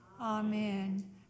Amen